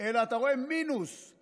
יושב כאן השר חמד עמאר,